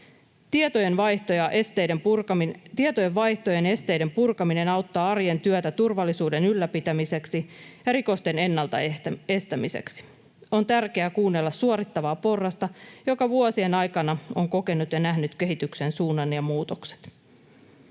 Tietojenvaihtojen esteiden purkaminen auttaa arjen työtä turvallisuuden ylläpitämiseksi, ja rikosten ennaltaestämiseksi on tärkeää kuunnella suorittavaa porrasta, joka vuosien aikana on kokenut ja nähnyt kehityksen suunnan ja muutokset.